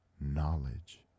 knowledge